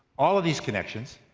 all of these connections,